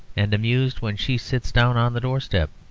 and amused when she sits down on the doorstep.